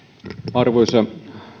arvoisa